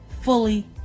fully